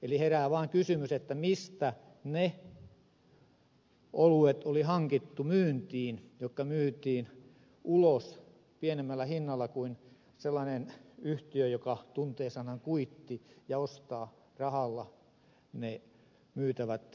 eli herää vaan kysymys mistä ne oluet oli hankittu myyntiin jotka myytiin ulos pienemmällä hinnalla kuin myy sellainen yhtiö joka tuntee sanan kuitti ja ostaa rahalla ne myytävät tuotteet